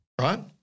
right